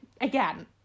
again